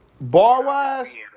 Bar-wise